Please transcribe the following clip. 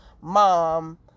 mom